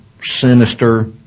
sinister